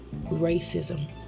racism